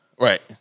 right